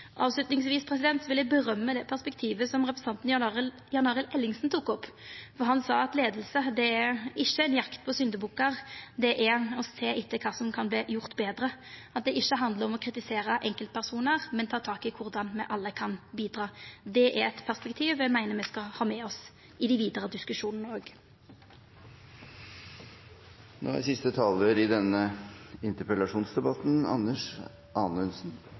vil eg rosa det perspektivet representanten Jan Arild Ellingsen tok opp, for han sa at leiing ikkje er ei jakt på syndebukkar, det er å sjå på kva som kan gjerast betre. Det handlar ikkje om å kritisera enkeltpersonar, men om å ta tak i korleis me alle kan bidra. Det er eit perspektiv eg meiner me skal ha med oss òg i dei vidare